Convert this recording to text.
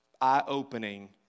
Eye-opening